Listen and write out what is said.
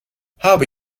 habe